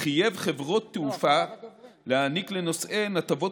חייב חברות תעופה להעניק לנוסעיהן הטבות